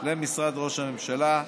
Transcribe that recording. למשרד ראש הממשלה,